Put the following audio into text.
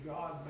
God